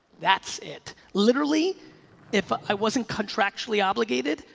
that's it, literally if i wasn't contractually obligated,